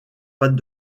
pâte